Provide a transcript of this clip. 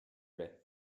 plaît